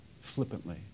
flippantly